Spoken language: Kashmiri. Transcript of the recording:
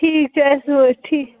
ٹھیٖک چھِ أسۍ وٲتۍ ٹھیٖک